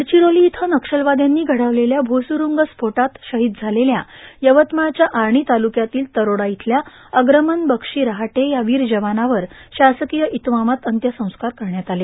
गर्डाचरोला इथं नक्षलवाद्यांनी घर्डावलेल्या भूसूरंग स्फोटात शहांद झालेल्या यवतमाळच्या आर्णा तालुक्यातील तरोडा इथल्या अग्रमन बक्षी रहाटे या वीर जवानावर शासकोय इतमामात अंत्यसंस्कार करण्यात आले